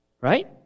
right